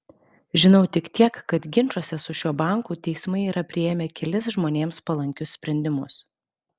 žinau tik tiek kad ginčuose su šiuo banku teismai yra priėmę kelis žmonėms palankius sprendimus